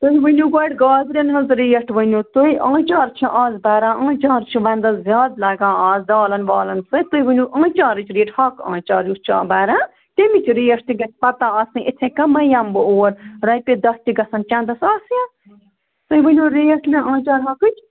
تُہۍ ؤنِو گۄڈٕ گازرٮ۪ن ہٕنٛز ریٹ ؤنِو تُہۍ آنٛچار چھِ اَز بَران آنچار چھِ وَنٛدَس زیادٕ لَگان اَز دالَن والَن سۭتۍ تُہۍ ؤنِو آنچارٕچ ریٹ ہاکھٕ آنٛچار یُس چھا بَران تَمِچ ریٹ تہِ گژھِ پَتہٕ آسٕنۍ یِتھَے کَمٕے یِمہٕ بہٕ اور رۄپیہِ دَہ تہِ گژھن چَنٛدَس آسنہِ تُہۍ ؤنِو ریٹ مےٚ آنچار ہاکھٕچ